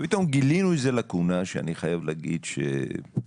ופתאום גילינו איזה לאקונה שאני חייב להגיד שקראנו